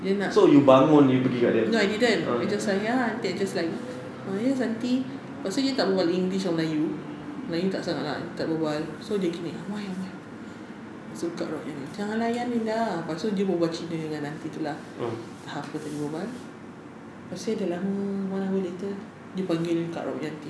dia nak no I didn't I just like ya aunty I just like ah yes aunty lepas itu dia tak berbual english or melayu melayu tak sangat lah tak berbual so dia gini amoy amoy so kak rod punya jangan layan linda lepas itu dia berbual cina dengan aunty itu lah entah apa dia tadi berbual lepas itu sudah lama one hour later dia panggil kak rod punya aunty